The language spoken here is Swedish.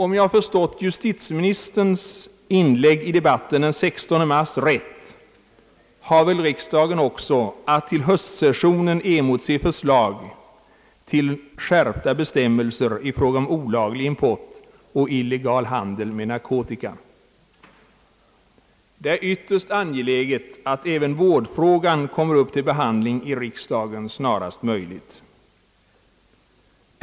Om jag förstått justitieministerns inlägg i debatten den 16 mars rätt, har väl riksdagen också att till höstsessionen emotse förslag om skärpta bestämmelser när det gäller olaglig import och illegal handel med narkotika. Det är ytterst angeläget att även vårdfrågan snarast möjligt kommer upp till behandling i riksdagen.